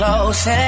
Close